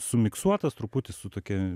sumiksuotas truputį su tokia